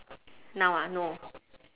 now ah no